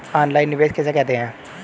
Online निवेश किसे कहते हैं?